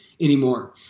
anymore